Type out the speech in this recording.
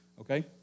okay